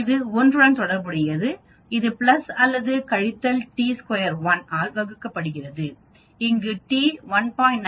இந்த l உடன் தொடர்புடையது இது பிளஸ் அல்லது கழித்தல் t √1 ஆல் வழங்கப்படுகிறது இங்கு t 1